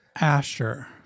Asher